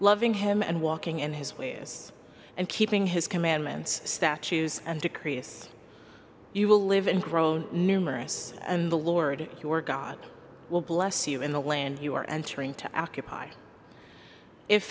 loving him and walking in his ways and keeping his commandments statues and decrease you will live and grow numerous and the lord your god will bless you in the land you are entering to accept if